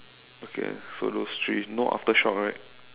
okay so those three no Aftershock right